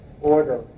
order